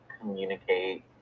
communicate